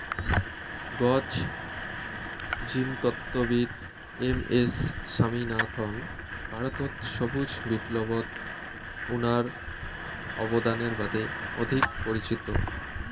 গছ জিনতত্ত্ববিদ M S Swaminathan ভারতত সবুজ বিপ্লবত উনার অবদানের বাদে অধিক পরিচিত